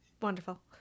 Wonderful